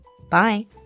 Bye